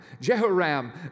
Jehoram